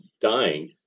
dying